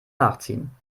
nachziehen